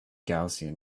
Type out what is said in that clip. gaussian